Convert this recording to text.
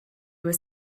was